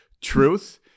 truth